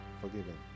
forgiven